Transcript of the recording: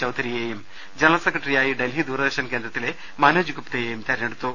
ചൌധരിയെയും general സെക്രട്ടറിയായി ഡൽഹി ദൂരദർശൻ കേന്ദ്രത്തിലെ മനോജ് ഗുപ്തയെയും തെരഞ്ഞെടുത്തു